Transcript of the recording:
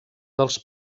dels